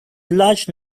large